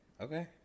Okay